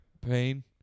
pain